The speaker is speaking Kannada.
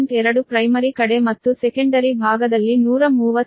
2 ಪ್ರೈಮರಿ ಕಡೆ ಮತ್ತು ಸೆಕೆಂಡರಿ ಭಾಗದಲ್ಲಿ 132 KV